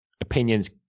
opinions